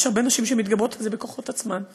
ויש הרבה נשים שמתגברות על זה בכוחות עצמן.